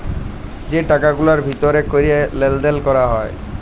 যে টাকা গুলার ভিতর ক্যরে লেলদেল ক্যরা হ্যয়